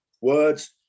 words